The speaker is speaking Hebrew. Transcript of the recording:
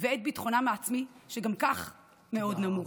ואת ביטחונם העצמי, שגם כך מאוד נמוך.